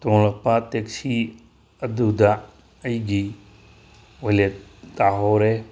ꯇꯣꯡꯂꯛꯄ taxi ꯑꯗꯨꯗ ꯑꯩꯒꯤ wallet ꯇꯥꯍꯧꯔꯦ